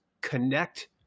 connect